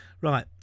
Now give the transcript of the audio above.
Right